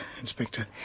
Inspector